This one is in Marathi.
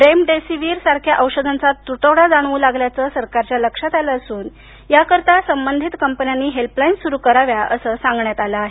रेमडेसीवीर सारख्या औषधांचा तुटवडा जाणवू लागल्याचं सरकारच्या लक्षात आलं असून याकरता संबंधित कंपन्यांनी हेल्पलाईन सुरू कराव्या असं सांगण्यात आलं आहे